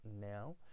now